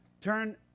turn